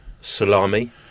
Salami